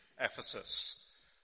Ephesus